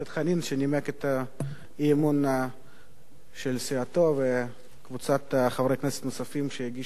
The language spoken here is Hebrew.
שנימק את האי-אמון של סיעתו וקבוצת חברי כנסת נוספים שהגישו אי-אמון,